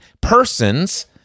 persons